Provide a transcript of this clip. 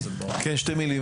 כן, שתי מילים.